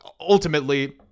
ultimately